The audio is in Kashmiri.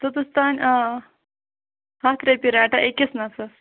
توٚتَس تانۍ آ ہتھ رۄپیہ رَٹان أکِس نفرَس